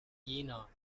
jena